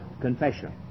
confession